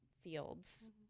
fields